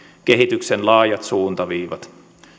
kehityksen laajat suuntaviivat